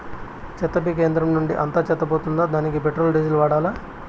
చెత్త పీకే యంత్రం నుండి అంతా చెత్త పోతుందా? దానికీ పెట్రోల్, డీజిల్ వాడాలా?